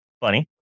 Funny